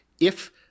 if-